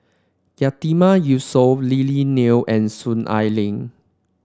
Yatiman Yusof Lily Neo and Soon Ai Ling